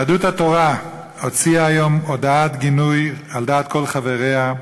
יהדות התורה הוציאה היום, על דעת כל חבריה,